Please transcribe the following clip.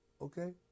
okay